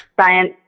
science